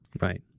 Right